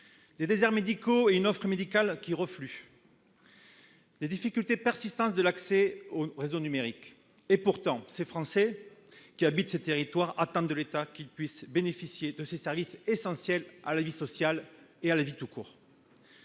déserts médicaux et offre médicale qui reflue, et difficultés persistantes pour accéder au réseau numérique. Pourtant, les Français qui habitent dans ces territoires attendent de l'État de pouvoir bénéficier de ces services essentiels à la vie sociale et à la vie tout court.